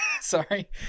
Sorry